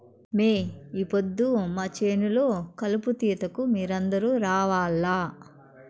మే ఈ పొద్దు మా చేను లో కలుపు తీతకు మీరందరూ రావాల్లా